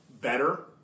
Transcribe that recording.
better